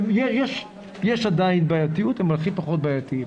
אמנם יש עדיין בעייתיות, אבל הם הכי פחות בעייתיים